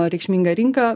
reikšminga rinka